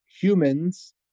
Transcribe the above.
humans